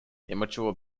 immature